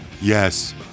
Yes